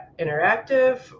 interactive